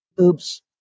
oops